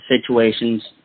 situations